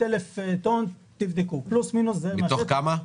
מתוך כמה?